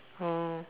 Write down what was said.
oh